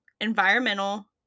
environmental